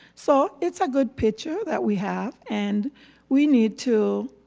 so it's a good picture that we have and we need to,